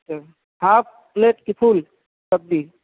اچھا half plate کہ full سبزی